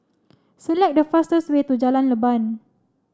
select the fastest way to Jalan Leban